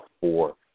four